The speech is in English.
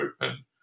open